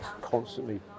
constantly